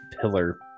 pillar